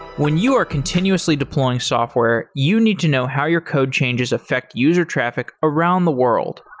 when you are continuously deploying software, you need to know how your code changes affect user traffic around the world.